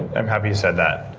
i'm happy you said that,